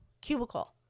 cubicle